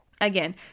Again